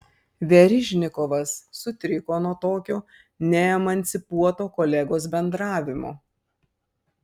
verižnikovas sutriko nuo tokio neemancipuoto kolegos bendravimo